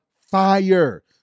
fire